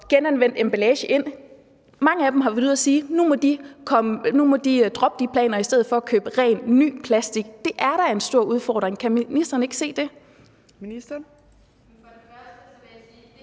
genanvendt emballage ind, har været ude at sige, at nu må de droppe de planer og i stedet for købe ren, ny plastik. Det er da en stor udfordring – kan ministeren ikke se det? Kl. 15:30 Fjerde næstformand (Trine Torp):